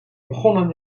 begonnen